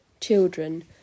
Children